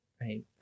right